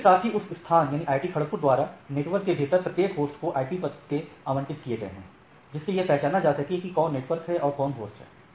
इसके साथ ही उस संस्थान IIT खड़गपुर द्वारा नेटवर्क के भीतर प्रत्येक होस्ट को आईपी पते आवंटित किए गए है जिससे यह पहचाना जा सके कि कौन नेटवर्क है और कौन होस्ट है